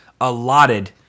allotted